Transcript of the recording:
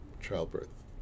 childbirth